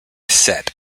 set